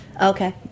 Okay